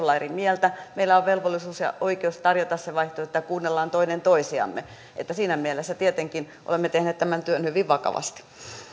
olla eri mieltä meillä on velvollisuus ja oikeus tarjota se vaihtoehto ja kuunnellaan toinen toisiamme että siinä mielessä tietenkin olemme tehneet tämän työn hyvin vakavasti